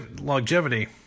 longevity